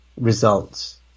results